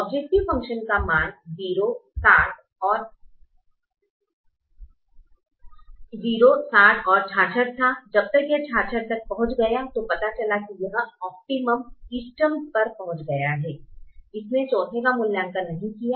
objective function का मान 0 60 और 66 था जब यह 66 तक पहुंच गया तो पता चला कि यह इष्टतम पर पहुंच गया था इसने चौथे का मूल्यांकन नहीं किया